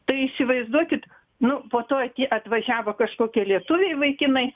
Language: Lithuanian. tai įsivaizduokit nu po to tie atvažiavo kažkokie lietuviai vaikinai